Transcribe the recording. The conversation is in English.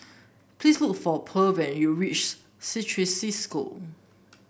please look for Pearl when you reach Certis Cisco